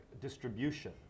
distribution